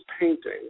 painting